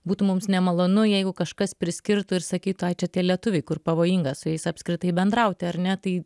būtų mums nemalonu jeigu kažkas priskirtų ir sakytų ai čia tie lietuviai kur pavojinga su jais apskritai bendrauti ar ne tai